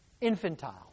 infantile